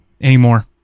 anymore